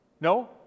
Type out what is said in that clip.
No